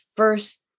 first